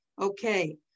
Okay